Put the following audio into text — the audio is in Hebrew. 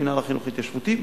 מינהל החינוך ההתיישבותי,